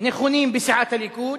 נכונים בסיעת הליכוד,